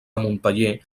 montpeller